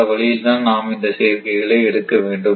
இந்த வழியில்தான் நாம் இந்த சேர்க்கைகளை எடுக்க வேண்டும்